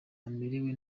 amerewe